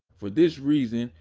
for this reason,